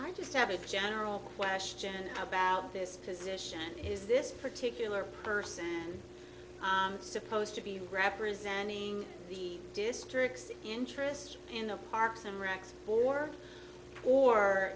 i just have a general question about this position is this particular person supposed to be representing the districts interest in the parks and rec for or